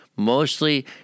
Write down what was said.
Mostly